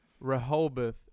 Rehoboth